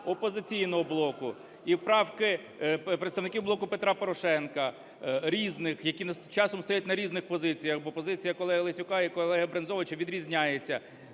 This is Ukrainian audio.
"Опозиційного блоку", і правки представників "Блоку Петра Порошенка", різних, які часом стоять на різних позиціях, бо позиція колеги Лесюка і колеги Брензовича відрізняються,